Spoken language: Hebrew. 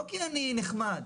לא כי אני נחמד,